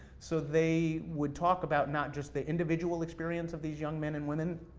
so they would talk about, not just the individual experience of these young men and women,